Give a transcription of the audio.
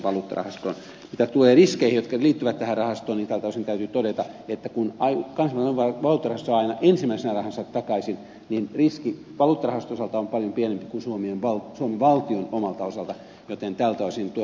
mitä tulee riskeihin jotka liittyvät tähän rahastoon niin tältä osin täytyy todeta että kun kansainvälinen valuuttarahasto saa aina ensimmäisenä rahansa takaisin niin riski valuuttarahaston osalta on paljon pienempi kuin suomen valtion omalta osalta joten tältä osin tuo riskipitoisuus on vähäinen